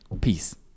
peace